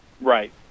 Right